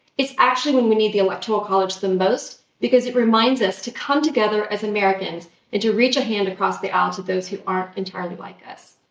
it's actually when we need the electoral college the most because it reminds us to come together as americans and to reach a hand across the aisles and those who aren't entirely like us.